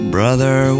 Brother